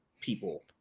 people